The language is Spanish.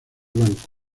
blanco